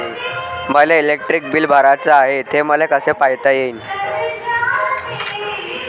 मले electric bill भराचं हाय, ते मले कस पायता येईन?